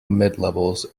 midlevels